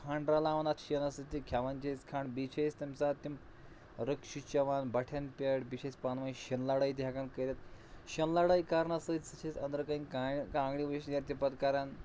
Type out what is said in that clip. کھنٛڈ رَلاون اَتھ شیٖنَس سۭتۍ تہٕ کھٮ۪وان چھِ أسۍ کھنٛڈ بیٚیہِ چھِ أسۍ تَمہِ ساتہٕ تِم رٕکشہٕ چھِ چٮ۪وان بٹھٮ۪ن پٮ۪ٹھ بیٚیہِ چھِ أسۍ پانہٕ ٲنۍ شیٖنہٕ لَڑٲے تہِ ہٮ۪کان کٔرِتھ شیٖنہٕ لَڑٲے کَرنَس سۭتۍ سۭتۍ چھِ أسۍ أنٛدرٕ کَنہِ کانہِ کانٛگڑِ وُشنیرِ تہِ پَتہٕ کَران